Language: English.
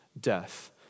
death